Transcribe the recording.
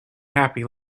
happy